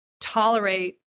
tolerate